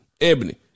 Ebony